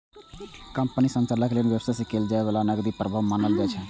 कंपनीक संचालन लेल जे व्यय कैल जाइ छै, ओ नकदी प्रवाह मानल जाइ छै